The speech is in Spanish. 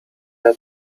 una